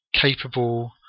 capable